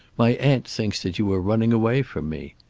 my aunt thinks that you were running away from me.